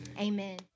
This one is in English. amen